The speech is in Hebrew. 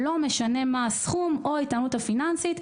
לא משנה מה רמת איתנותו הפיננסית,